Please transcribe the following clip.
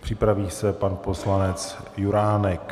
Připraví se pan poslanec Juránek.